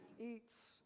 eats